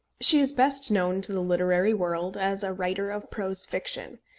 she is best known to the literary world as a writer of prose fiction,